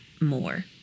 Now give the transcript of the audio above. more